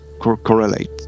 correlate